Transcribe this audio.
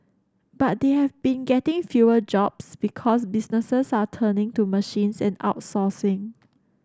but they have been getting fewer jobs because businesses are turning to machines and outsourcing